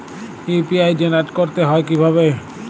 UPI generate করতে হয় কিভাবে?